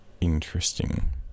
interesting